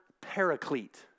paraclete